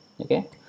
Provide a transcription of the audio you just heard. okay